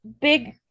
big